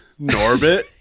Norbit